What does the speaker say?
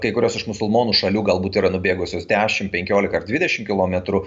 kai kurios iš musulmonų šalių galbūt yra nubėgusios dešim penkiolika ar dvidešim kilometrų